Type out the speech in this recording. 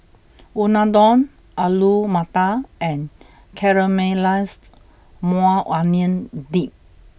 Unadon Alu Matar and Caramelized Maui Onion Dip